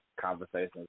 conversations